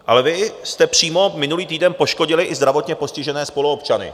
Ale vy jste přímo minulý týden poškodili i zdravotně postižené spoluobčany.